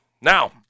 Now